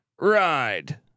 ride